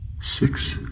Six